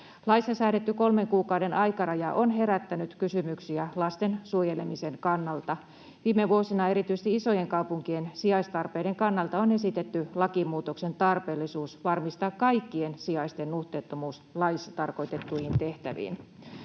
Laissa säädetty kolmen kuukauden aikaraja on herättänyt kysymyksiä lasten suojelemisen kannalta. Viime vuosina erityisesti isojen kaupunkien sijaistarpeiden kannalta on esitetty lakimuutoksen tarpeellisuus varmistaa kaikkien sijaisten nuhteettomuus laissa tarkoitettuihin tehtäviin.